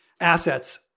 assets